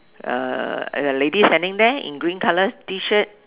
uh a lady standing there in green colour T-shirt